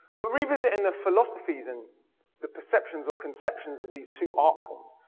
but revisiting the philosophies and the perceptions or conceptions of these two art forms,